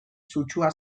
sutsua